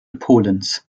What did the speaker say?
polens